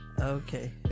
Okay